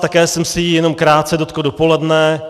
Také jsem se jí jenom krátce dotkl dopoledne.